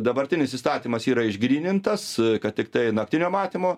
dabartinis įstatymas yra išgrynintas kad tiktai naktinio matymo